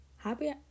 Happy